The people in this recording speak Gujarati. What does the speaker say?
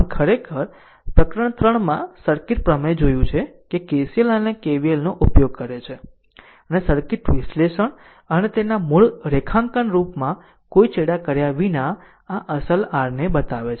આમ ખરેખર પ્રકરણ 3 માં સર્કિટ પ્રમેય જોયું છે કે KCL અને KVLનો ઉપયોગ કર્યો છે અને સર્કિટ વિશ્લેષણ અને તેના મૂળ રૂપરેખાંકનમાં કોઈ ચેડા કર્યા વિના આ અસલ rને બતાવે છે